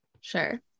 sure